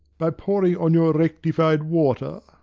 by pouring on your rectified water?